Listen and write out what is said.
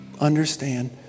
understand